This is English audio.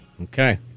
Okay